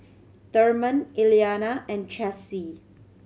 Therman Elianna and Chessie